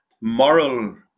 moral